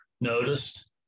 noticed